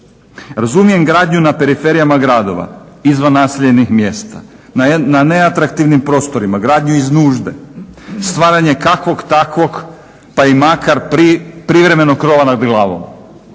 Razumijem gradnju na periferijama gradova, izvan naseljenih mjesta, na neatraktivnim prostorima, gradnju iz nužde, stvaranje kakvog takvog pa i makar privremenog krova nad glavom.